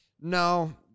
No